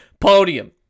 podium